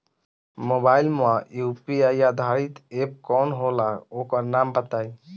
Mobile म UPI आधारित app कौन होला ओकर नाम बताईं?